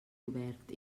obert